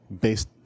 based